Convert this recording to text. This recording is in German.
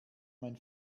mein